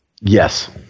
Yes